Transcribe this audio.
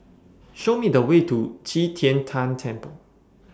Show Me The Way to Qi Tian Tan Temple